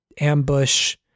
ambush